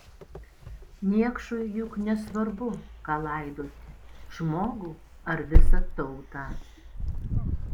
niekšui juk nesvarbu ką laidoti žmogų ar visą tautą